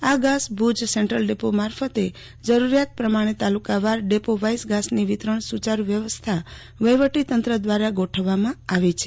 આ ઘાસ Bhuj central depot મારફતે જરૂરિયાત પ્રમાણે તાલુકાવાર ડેપો વાઈસ ઘાસની વિતરણ સુચારૂ વ્યવસ્થા વહીવટી તંત્ર દ્વારા ગોઠવવામાં આવી છે